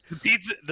pizza